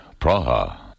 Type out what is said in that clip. Praha